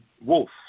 Wolf